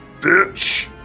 bitch